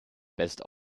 best